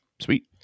sweet